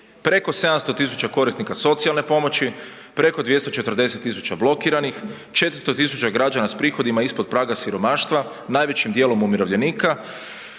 preko 700 tisuća korisnika socijalne pomoći, preko 240 tisuća blokiranih, 400 tisuća građana s prihodima ispod praga siromaštva, najvećim dijelom umirovljenika,